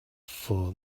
for